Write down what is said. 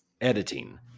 editing